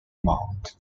mound